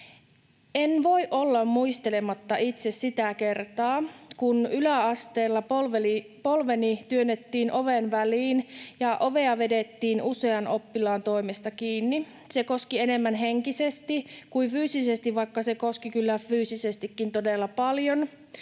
En voi olla muistelematta itse sitä kertaa, kun yläasteella polveni työnnettiin oven väliin ja ovea vedettiin usean oppilaan toimesta kiinni. Se koski enemmän henkisesti kuin fyysisesti, vaikka se koski kyllä fyysisestikin todella paljon